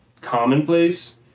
commonplace